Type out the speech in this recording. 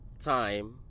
time